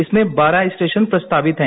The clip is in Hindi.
इसमें बारह स्टेषन प्रस्तावित हैं